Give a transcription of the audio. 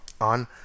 on